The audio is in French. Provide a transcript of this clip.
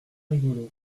rigolo